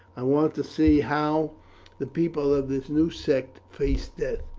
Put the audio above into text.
i want to see how the people of this new sect face death.